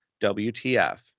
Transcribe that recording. WTF